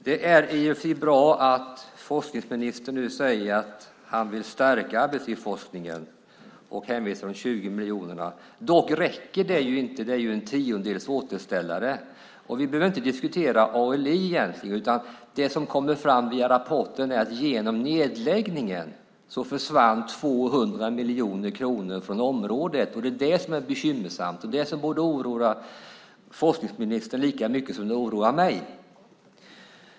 Fru talman! Det är bra att forskningsministern nu säger att han vill stärka arbetslivsforskningen och hänvisar till de 20 miljonerna. Dock räcker det inte; det är en tiondels återställare. Vi behöver egentligen inte diskutera ALI utan det som kommer fram i rapporten, nämligen att det genom nedläggningen försvann 200 miljoner kronor från området. Det är det som är bekymmersamt och det som borde oroa forskningsministern lika mycket som det oroar mig.